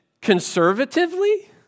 conservatively